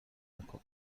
نکن